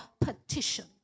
petition